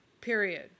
period